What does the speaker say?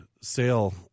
sale